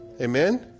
Amen